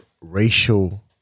racial